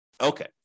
Okay